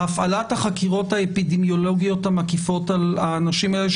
הפעלת החקירות האפידמיולוגיות המקיפות על האנשים האלה,